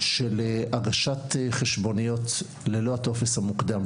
של הגשת חשבוניות ללא הטופס המוקדם,